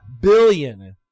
billion